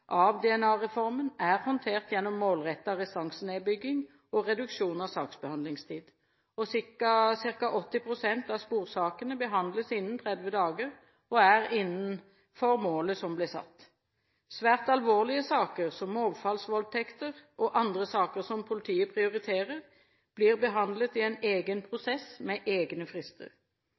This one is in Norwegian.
er håndtert gjennom målrettet restansenedbygging og reduksjon av saksbehandlingstid. Circa 80 pst. av sporsakene behandles innen 30 dager og er innenfor målet som ble satt. Svært alvorlige saker som overfallsvoldtekter og andre saker som politiet prioriterer, blir behandlet i en egen prosess med egne frister.